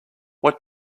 what